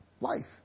life